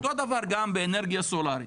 אותו דבר גם באנרגיה סולארית.